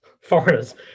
foreigners